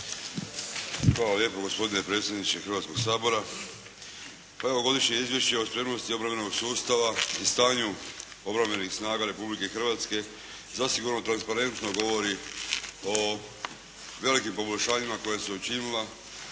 Hvala lijepo gospodine predsjedniče Hrvatskoga sabora. Pa, evo, Godišnje izvješće o spremnosti obrambenog sustava i stanju obrambenih snaga Republike Hrvatske, zasigurno transparentno govori o velikim poboljšanjima koja su se učinila,